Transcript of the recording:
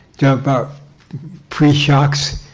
yeah about pre-shocks.